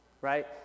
Right